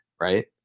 right